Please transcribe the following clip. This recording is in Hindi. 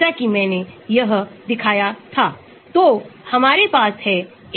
Anion के रूप को स्थिर किया जाता है अगर R इलेक्ट्रॉन दान समूह है तो